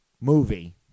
Movie